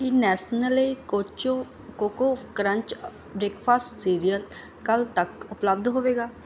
ਕੀ Nestle coco crunch breakfast cereal ਕੱਲ੍ਹ ਤੱਕ ਉਪਲੱਬਧ ਹੋਵੇਗਾ